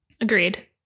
Agreed